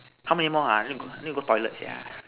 how many more ah need need to go toilet sia